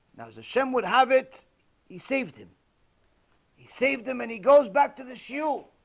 now as a shim would have it he saved him he saved him and he goes back to the shoe